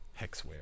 Hexware